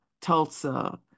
Tulsa